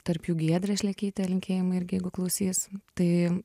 tarp jų giedrė šlekytė linkėjimai irgi jeigu klausys tai